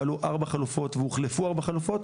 ועלו ארבע חלופות והוחלפו ארבע חלופות,